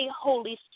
Holy